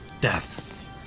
Death